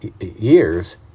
years